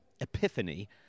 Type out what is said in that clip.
epiphany